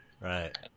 Right